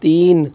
तीन